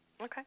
Okay